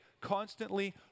constantly